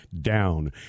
down